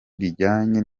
rijyanye